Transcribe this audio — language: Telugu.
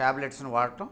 ట్యాబ్లెట్స్ను వాడటం